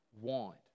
want